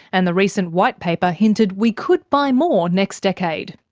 and the recent white paper hinted we could buy more next decade.